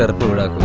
ah but